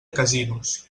casinos